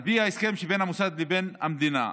על פי ההסכם שבין המוסד לבין המדינה,